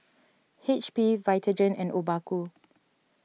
H P Vitagen and Obaku